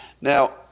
Now